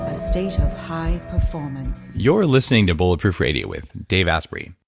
ah state of high performance you're listening to bulletproof radio with dave asprey.